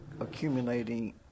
accumulating